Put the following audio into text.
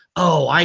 oh, i,